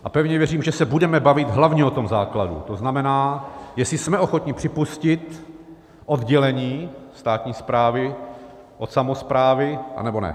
A pevně věřím, že se budeme bavit hlavně o tom základu, to znamená, jestli jsme ochotni připustit oddělení státní správy od samosprávy, anebo ne.